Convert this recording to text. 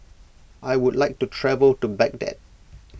I would like to travel to Baghdad